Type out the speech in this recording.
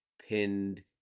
pinned